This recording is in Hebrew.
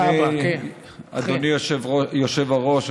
אדוני היושב-ראש,